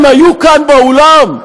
הם היו כאן, באולם?